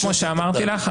כמו שאמרתי לך,